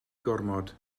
gormod